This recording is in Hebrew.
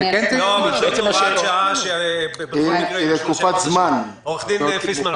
אז צריך --- עורכת הדין פיסמן,